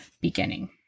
beginning